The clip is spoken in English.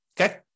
Okay